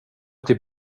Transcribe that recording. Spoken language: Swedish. till